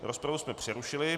Rozpravu jsme přerušili.